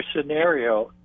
scenario